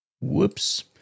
Whoops